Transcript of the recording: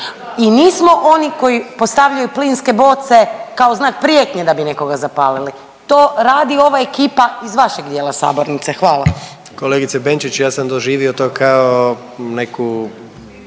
i nismo oni koji postavljaju plinske boce kao znak prijetnje da bi nekoga zapaliti, to radi ova ekipa iz vašeg dijela sabornice. Hvala. **Jandroković, Gordan (HDZ)** Kolegice Benčić ja sam doživio to kao neku